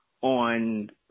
on